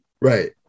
Right